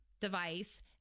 device